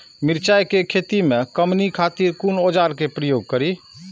मिरचाई के खेती में कमनी खातिर कुन औजार के प्रयोग करी?